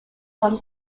from